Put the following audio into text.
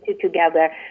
together